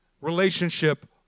relationship